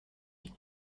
vies